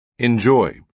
Enjoy